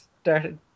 started